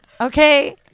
Okay